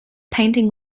painting